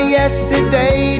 yesterday